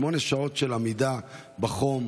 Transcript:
שמונה שעות של עמידה בחום,